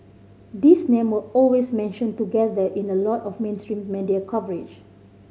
these name always mentioned together in a lot of mainstream media coverage